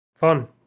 fun